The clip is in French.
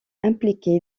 impliqué